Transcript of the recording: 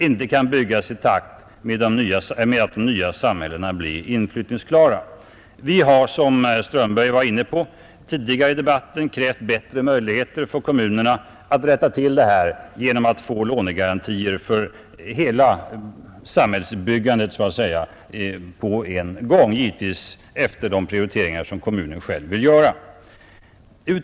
— inte kan byggas i takt med att de nya samhällena blir inflyttningsklara. Vi har — som herr Strömberg var inne på tidigare i debatten — krävt bättre möjligheter för kommunerna att rätta till detta genom att få lånegarantier även för dessa serviceanordningar jämsides med bostadslånen, givetvis efter de prioriteringar som kommunen själv vill göra.